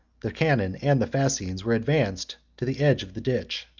the cannons, and the fascines, were advanced to the edge of the ditch,